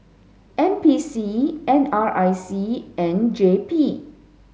N P C N R I C and J P